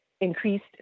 increased